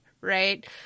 right